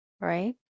right